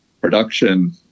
production